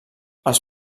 els